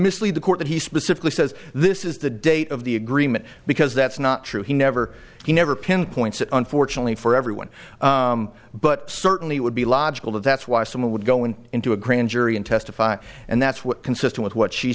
mislead the court that he specifically says this is the date of the agreement because that's not true he never he never pinpoints it unfortunately for everyone but certainly it would be logical to that's why someone would go in into a grand jury and testify and that's what consistent with what she